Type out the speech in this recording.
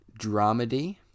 dramedy